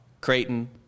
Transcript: Creighton